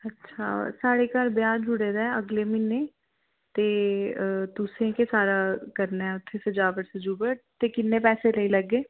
अच्छा साढ़े घर ब्याह् जुड़े दा अगले म्हीने तुसें गै उत्थै करना ऐ सारा सजावट ते किन्ने पैसे लेई लैगे